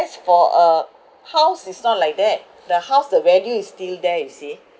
for a house it's not like that the house the value is still there you see